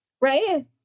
Right